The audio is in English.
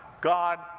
God